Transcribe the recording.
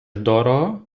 дорого